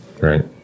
Right